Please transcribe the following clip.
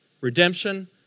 redemption